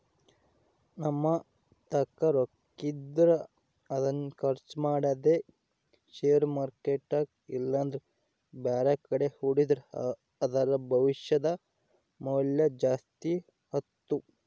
ನಮ್ಮತಾಕ ರೊಕ್ಕಿದ್ರ ಅದನ್ನು ಖರ್ಚು ಮಾಡದೆ ಷೇರು ಮಾರ್ಕೆಟ್ ಇಲ್ಲಂದ್ರ ಬ್ಯಾರೆಕಡೆ ಹೂಡಿದ್ರ ಅದರ ಭವಿಷ್ಯದ ಮೌಲ್ಯ ಜಾಸ್ತಿ ಆತ್ತು